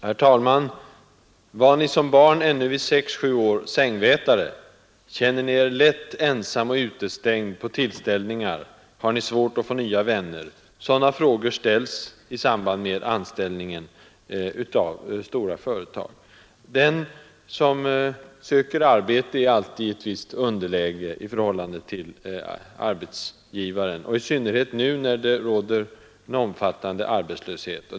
Herr talman! Var ni som barn ännu vid sex sju år sängvätare? Känner ni er lätt ensam och utestängd på tillställningar? Har ni svårt att få nya vänner? — Sådana frågor har nyligen ställts av ett stort företag i samband med anställningen. Den som söker arbete är alltid i ett visst underläge i förhållande till arbetsgivaren, och detta gäller i synnerhet nu när det råder en omfattande arbetslöshet.